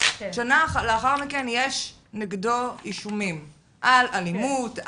יש נגדו אישומים על אלימות,